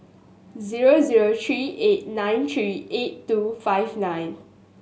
zero zero three eight nine three eight two five nine